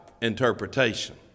interpretation